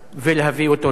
ולהביא אותו לדין.